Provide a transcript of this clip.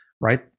right